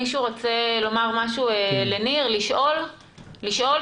מישהו רוצה לומר משהו לניר שפר, לשאול שאלה?